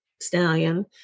stallion